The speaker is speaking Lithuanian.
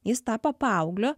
jis tapo paauglio